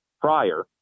prior